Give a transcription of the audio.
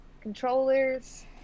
controllers